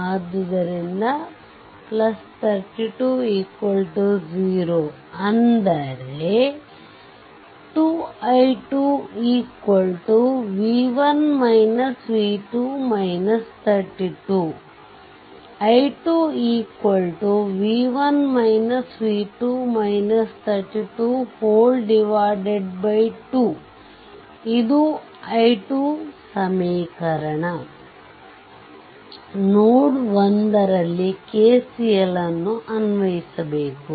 ಆದ್ದರಿಂದ 32 0 ಅಂದರೆ 2 i2 v1 v2 32 i2 2 ಇದು i2 ಸಮೀಕರಣ ನೋಡ್ 1 ರಲ್ಲಿ KCL ಅನ್ನು ಅನ್ವಯಿಸಿಬೇಕು